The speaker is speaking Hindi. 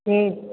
ठीक